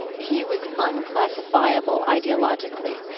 he was unclassifiable, ideologically.